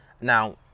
now